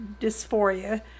dysphoria